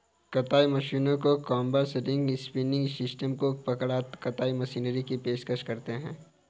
कताई मशीनों को कॉम्बर्स, रिंग स्पिनिंग सिस्टम को कपड़ा कताई मशीनरी की पेशकश करते हैं